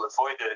avoided